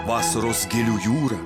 vasaros gėlių jūra